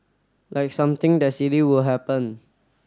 like something that silly will happen